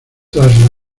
tras